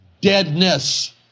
deadness